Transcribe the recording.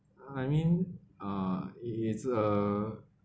I mean uh is uh